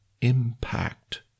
impact